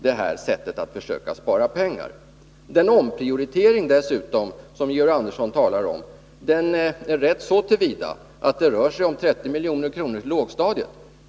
Den omprioritering som Georg Andersson talar om är riktig så till vida att det rör sig om 30 milj.kr. till lågstadiet.